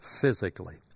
physically